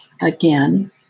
Again